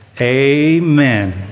Amen